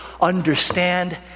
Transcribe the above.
Understand